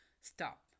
stop